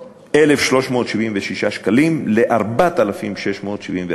1,376 שקלים ל-4,674 שקלים.